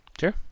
Sure